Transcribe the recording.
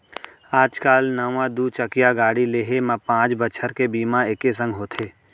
आज काल नवा दू चकिया गाड़ी लेहे म पॉंच बछर के बीमा एके संग होथे